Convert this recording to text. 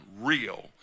real